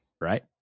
Right